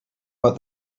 but